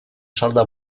salda